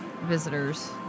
visitors